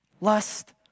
lust